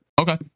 Okay